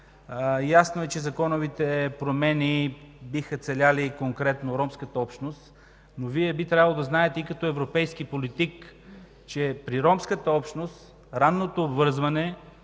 Ясно е, че законовите промени биха целели конкретно ромската общност. Вие обаче би трябвало да знаете и като европейски политик, че при ромската общност ранното обвързване